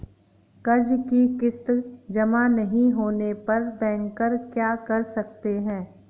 कर्ज कि किश्त जमा नहीं होने पर बैंकर क्या कर सकते हैं?